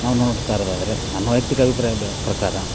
ನಾವು ನೋಡ್ತಾಯಿರೋದಾದರೆ ನನ್ನ ವೈಯಕ್ತಿಕ ಅಭಿಪ್ರಾಯ ಬ ಪ್ರಕಾರ